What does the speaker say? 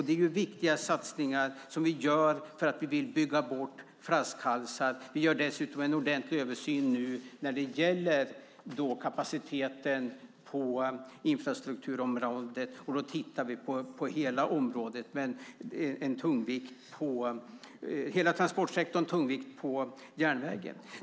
Det är viktiga satsningar som vi gör för att bygga bort flaskhalsar. Vi gör dessutom en ordentlig översyn nu när det gäller kapaciteten på infrastrukturområdet, och då tittar vi på hela transportsektorn men med en tonvikt på järnvägen.